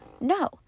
no